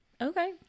Okay